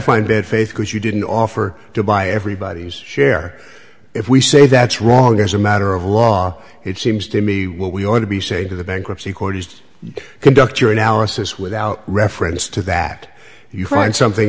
find bad faith because you didn't offer to buy everybody's share if we say that's wrong as a matter of law it seems to me what we ought to be saying to the bankruptcy court is just conduct your analysis without reference to that you find something